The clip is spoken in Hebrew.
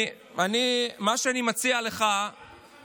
מה שאני מציע לך, אל תתחנף.